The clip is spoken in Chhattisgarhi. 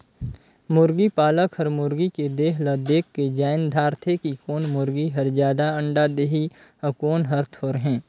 मुरगी पालक हर मुरगी के देह ल देखके जायन दारथे कि कोन मुरगी हर जादा अंडा देहि अउ कोन हर थोरहें